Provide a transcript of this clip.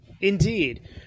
Indeed